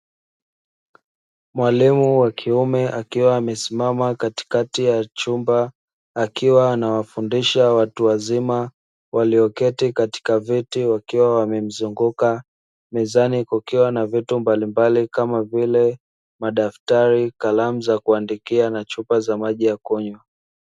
Mwalimu wa kiume akiwa amesimama katikati ya chumba akiwa anawafundisha watu wazima walioketi katika vete wakiwa wamemzunguka mezani kukiwa na vitu mbalimbali kama vile madaftari kalamu za kuandikia na chupa za maji ya kunywa.